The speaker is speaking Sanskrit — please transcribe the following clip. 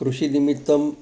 कृषिनिमित्तम्